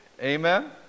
Amen